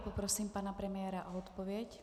Poprosím pana premiéra o odpověď.